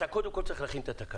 שקודם כל אתה צריך להכין את התקנות.